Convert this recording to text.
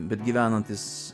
bet gyvenantys